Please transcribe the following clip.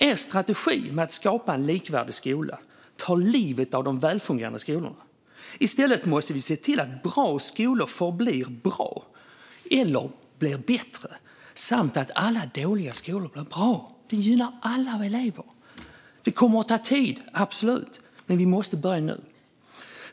Er strategi för att skapa en likvärdig skola tar livet av de välfungerande skolorna. I stället måste vi se till att bra skolor förblir bra, eller blir bättre, samt att alla dåliga skolor blir bra. Det gynnar alla elever. Detta kommer att ta tid - absolut - men vi måste börja nu.